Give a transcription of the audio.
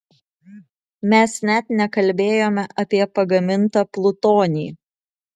mes net nekalbėjome apie pagamintą plutonį